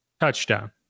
Touchdown